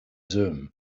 zoom